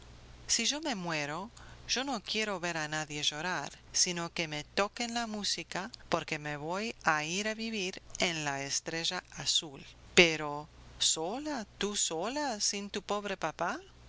si yo me muero yo no quiero ver a nadie llorar sino que me toquen la música porque me voy a ir a vivir en la estrella azul pero sola tú sola sin tu pobre papá